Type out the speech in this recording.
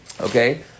Okay